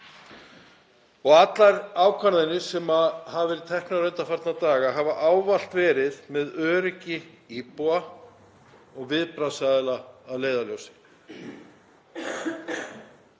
Allar ákvarðanir sem hafa verið teknar undanfarna daga hafa ávallt verið með öryggi íbúa og viðbragðsaðila að leiðarljósi.